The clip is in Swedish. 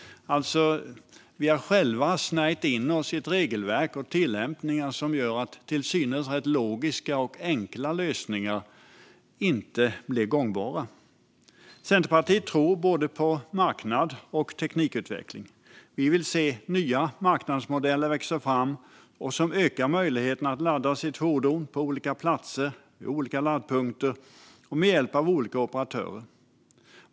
Vi har själva snärjt in oss i ett regelverk av tillämpningar som gör att till synes rätt logiska och enkla lösningar inte blir gångbara. Centerpartiet tror både på marknad och på teknikutveckling. Vi vill se nya marknadsmodeller växa fram som ökar möjligheten att ladda sitt fordon på olika platser, vid olika laddpunkter och med hjälp av olika operatörer.